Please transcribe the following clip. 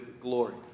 glory